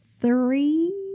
three